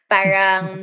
Parang